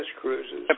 Cruises